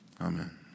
Amen